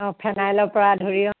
অ ফেনাইলৰ পৰা ধৰি